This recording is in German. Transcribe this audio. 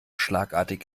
schlagartig